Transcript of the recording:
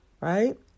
right